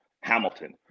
Hamilton